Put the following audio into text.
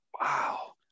Wow